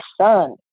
son